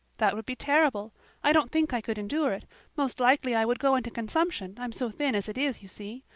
that would be terrible i don't think i could endure it most likely i would go into consumption i'm so thin as it is, you see.